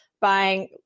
buying